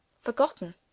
Forgotten